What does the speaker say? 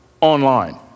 online